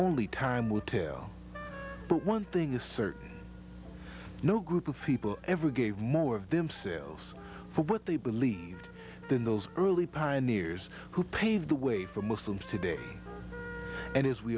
only time will tell but one thing is certain no group of people ever gave more of themselves for what they believed than those early pioneers who paved the way for muslims today and as we